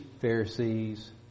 Pharisees